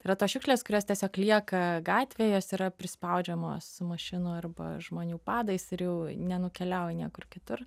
yra tos šiukšlės kurios tiesiog lieka gatvėj jos yra prispaudžiamos mašinų arba žmonių padais ir jau nenukeliauja niekur kitur